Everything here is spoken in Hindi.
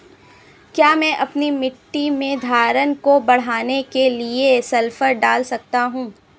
क्या मैं अपनी मिट्टी में धारण की मात्रा बढ़ाने के लिए सल्फर डाल सकता हूँ?